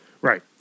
Right